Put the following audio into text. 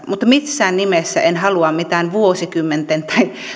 mutta missään nimessä en halua mitään vuosikymmenten tai